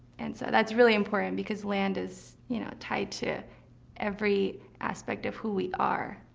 and so that's really important, because land is, you know, tied to every aspect of who we are.